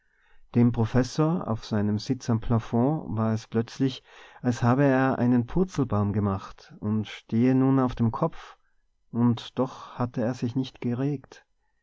dem professor auf seinem sitz am plafond war es plötzlich als habe er einen purzelbaum gemacht und stehe nun auf dem kopf und doch hatte er sich nicht geregt